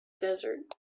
desert